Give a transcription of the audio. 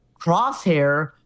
Crosshair